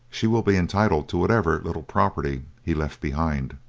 she will be entitled to whatever little property he left behind